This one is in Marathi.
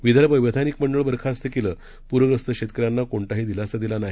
विदर्भ वैधानिक मंडळ बरखास्त केलं प्रग्रस्त शेतकऱ्यांना कोणताही दिलासा नाही